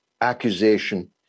accusation